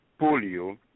polio